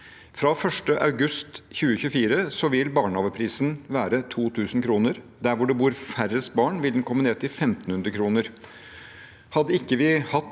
Fra 1. august 2024 vil barnehageprisen være 2 000 kr. Der det bor færrest barn, vil den komme ned til 1 500 kr. Hadde vi ikke hatt